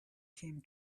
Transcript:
came